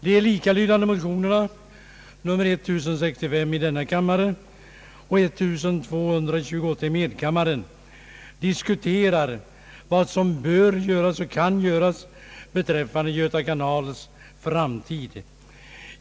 De likalydande motionerna I:1065 och 11: 1228 tar upp vad som bör och kan göras beträffande Göta kanals framtid.